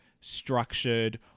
structured